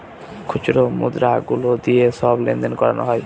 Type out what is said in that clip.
খুচরো মুদ্রা গুলো দিয়ে সব লেনদেন করানো হয়